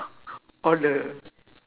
all the